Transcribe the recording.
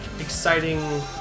exciting